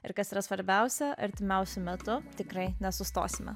ir kas yra svarbiausia artimiausiu metu tikrai nesustosime